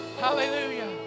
Hallelujah